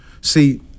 See